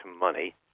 money